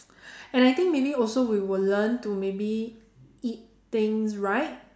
and I think maybe also we will learn to maybe eat things right